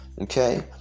okay